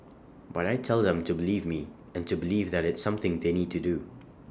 but I tell them to believe me and to believe that it's something they need to do